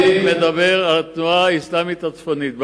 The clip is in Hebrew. אני מדבר על התנועה האסלאמית הצפונית.